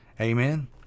amen